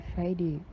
Friday